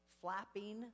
flapping